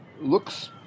Looks